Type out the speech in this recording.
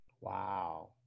Wow